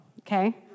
okay